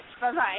Bye-bye